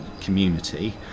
community